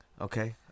okay